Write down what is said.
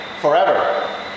forever